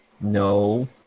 No